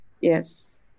Yes